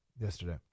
yesterday